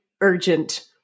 urgent